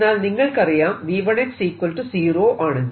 എന്നാൽ നിങ്ങൾക്കറിയാം V1 0 ആണെന്ന്